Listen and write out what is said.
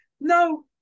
No